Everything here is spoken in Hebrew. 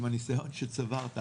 עם הניסיון שצברת,